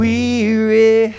Weary